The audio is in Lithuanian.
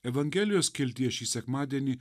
evangelijos skiltyje šį sekmadienį